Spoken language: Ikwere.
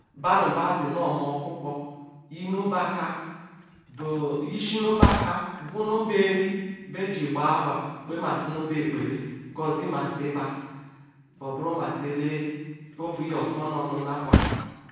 Bamba zinomu okwokwo yimbeka gwunuba iri bae jiri gba awha basimasinu ikpera gozimas, ba oburumesi ele ovu yorsor nu onu awha kam.